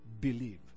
believe